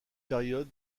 période